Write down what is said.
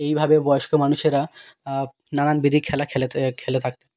এইভাবে বয়স্ক মানুষেরা নানান বিধি খেলা খেলে খেলে থাকে